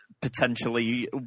potentially